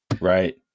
Right